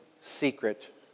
secret